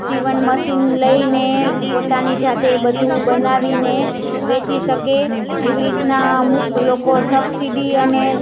સીવણ મસીન લઈને પોતાની જાતે એ બધું બનાવીને વેચી શકે એવી રીતના અમુક લોકો સબસિડી અને